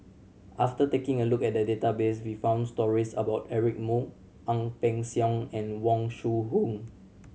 after taking a look at the database we found stories about Eric Moo Ang Peng Siong and Wong Shu Hoong